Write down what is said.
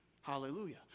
hallelujah